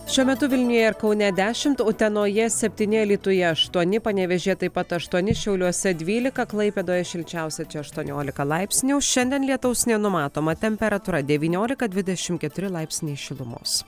šiuo metu vilniuje ir kaune dešimt utenoje septyni alytuje aštuoni panevėžyje taip pat aštuoni šiauliuose dvylika klaipėdoje šilčiausia čia aštuoniolika laipsnių šiandien lietaus nenumatoma temperatūra devyniolika dvidešim keturi laipsniai šilumos